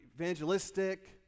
evangelistic